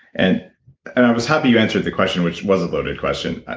and and i was happy you answered the question, which was a loaded question.